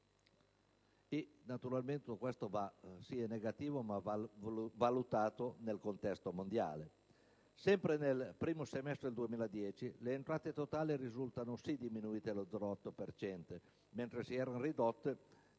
naturalmente, questo è negativo, ma va valutato nel contesto mondiale. Sempre nel primo semestre del 2010, le entrate totali risultano diminuite dello 0,8 per cento, mentre si erano ridotte